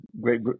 Great